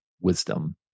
wisdom